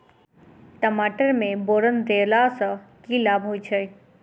टमाटर मे बोरन देबा सँ की लाभ होइ छैय?